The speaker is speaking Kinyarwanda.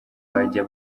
bajya